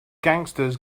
gangsters